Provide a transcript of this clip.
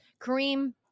Kareem